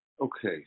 Okay